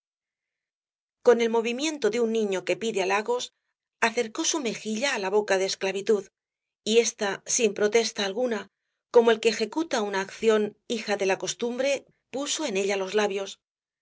con el movimiento de un niño que pide halagos acercó su mejilla á la boca de esclavitud y ésta sin protesta alguna como el que ejecuta una acción hija de la costumbre puso en ella los labios